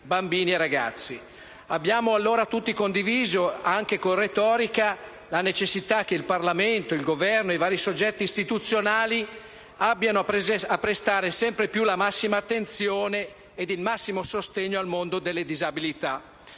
bambini e ragazzi. Abbiamo allora tutti condiviso, anche con retorica, la necessità che il Parlamento, il Governo e i vari soggetti istituzionali abbiano a prestare sempre più la massima attenzione ed il massimo sostegno al mondo delle disabilità.